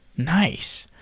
nice!